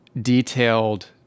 detailed